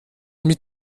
mit